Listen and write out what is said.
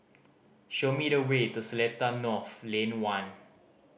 show me the way to Seletar North Lane One